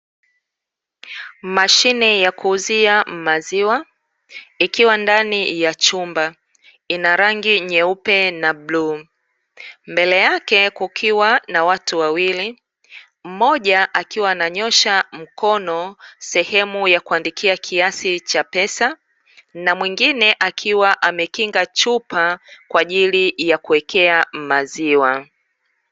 Mashine ya kuuzia maziwa, ikiwa ndani ya chumba ina rangi nyeupe na bluu, mbele yake kukiwa na watu wawili, mmoja akiwa ananyoosha mkono sehemu ya kuandikia kiasi cha pesa, na mwingine akiwa amekinga chupa kwaajili ya kuwekea maziwa.